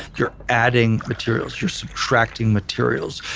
you're adding materials, you're subtracting materials,